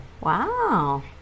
Wow